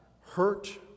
hurt